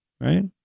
right